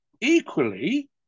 Equally